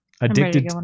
Addicted